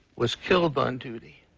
was killed on duty